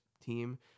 team